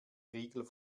riegel